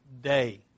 day